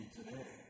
today